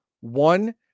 One